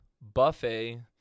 Buffet